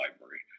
library